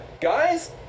guys